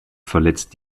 verletzt